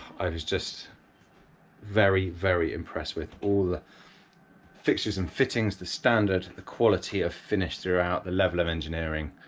i was just very, very impressed with all the fixtures and fittings, the standard, the quality of finished throughout, the level of engineering,